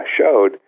showed